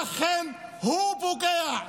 אכן פוגע,